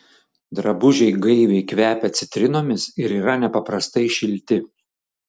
drabužiai gaiviai kvepia citrinomis ir yra nepaprastai šilti